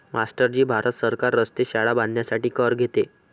master ji Bharat सरकार रस्ते, शाळा बांधण्यासाठी कर घेते